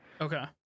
Okay